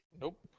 Nope